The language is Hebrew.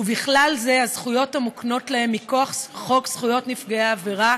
ובכלל זה הזכויות המוקנות להם מכוח חוק זכויות נפגעי עבירה,